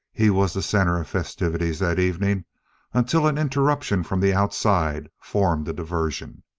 he was the center of festivities that evening until an interruption from the outside formed a diversion.